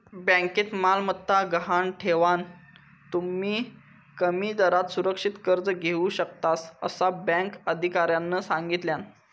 बँकेत मालमत्ता गहाण ठेवान, तुम्ही कमी दरात सुरक्षित कर्ज घेऊ शकतास, असा बँक अधिकाऱ्यानं सांगल्यान